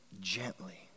gently